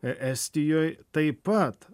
e estijoj taip pat